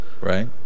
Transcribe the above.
Right